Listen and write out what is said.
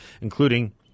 including